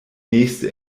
nächste